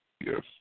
Yes